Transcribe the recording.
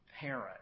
parent